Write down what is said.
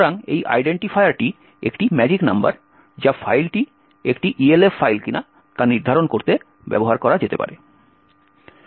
সুতরাং এই আইডেন্টিফায়ারটি একটি ম্যাজিক নম্বর যা ফাইলটি একটি ELF ফাইল কিনা তা নির্ধারণ করতে ব্যবহার করা যেতে পারে